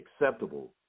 acceptable